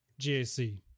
GAC